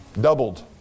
Doubled